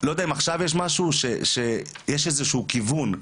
שיש איזשהו כיוון.